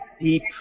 deep